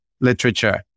literature